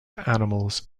animals